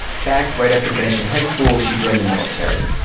back right after finishing high school, she joined the military.